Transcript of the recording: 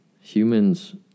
humans